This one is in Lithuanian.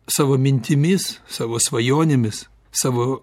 savo mintimis savo svajonėmis savo